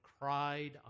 cried